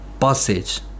passage